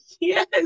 yes